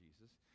Jesus